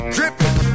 Dripping